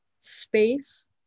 space